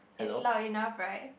is loud enough right